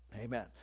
Amen